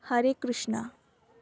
Harekrushna